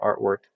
artwork